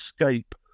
escape